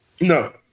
no